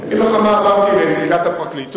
אני אגיד לך מה אמרתי לנציגת הפרקליטות: